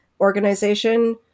organization